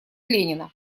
ленина